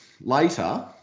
later